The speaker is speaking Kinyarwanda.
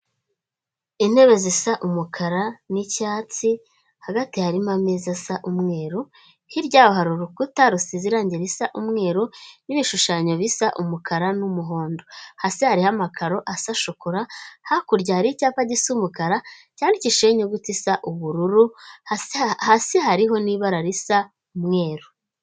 Intebe zisa umukara n'icyatsi hagati harimo ameza asa umweru, hirya hari urukuta rusize irangi risa umweru n'ibishushanyo bisa umukara n'umuhondo, hasi hariho amakaro asa shokora, hakurya hari icyapa gisa umukara cyandikishijeho inyuguti isa ubururu hasi hariho n'ibara risa umweru.